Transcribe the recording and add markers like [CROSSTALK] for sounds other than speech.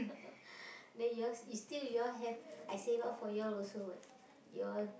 [LAUGHS] then yours is still you all have I save up for you all also [what] you all